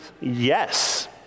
yes